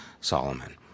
Solomon